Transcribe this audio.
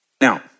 Now